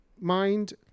mind